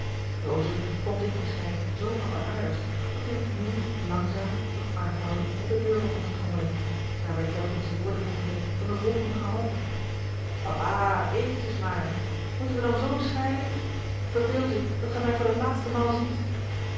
vond dit bescheid zoo alleraardigst dat hij op nieuw langzaam doch aanhoudend op de deur begon te trommelen daarbij telkens woorden voegende van de volgende gehalte papa eventjes maar moeten wij dan zoo scheiden verbeeld u dat gij mij voor de laatste maal ziet